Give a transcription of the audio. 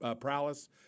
prowess